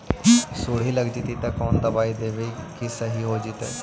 सुंडी लग जितै त कोन दबाइ देबै कि सही हो जितै?